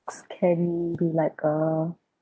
can be like a